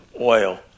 oil